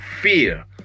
fear